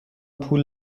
پول